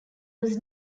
was